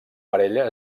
parella